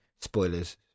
Spoilers